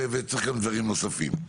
וצריך גם דברים נוספים.